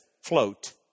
float